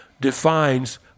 defines